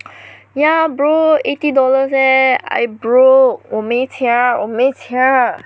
ya bro eighty dollars leh I broke 我没钱儿我没钱儿